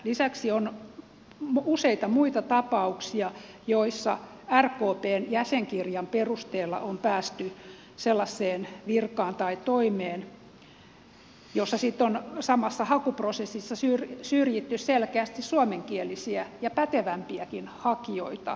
lisäksi on useita muita tapauksia joissa rkpn jäsenkirjan perusteella on päästy sellaisen virkaan tai toimeen jossa sitten on samassa hakuprosessissa syrjitty selkeästi suomenkielisiä ja pätevämpiäkin hakijoita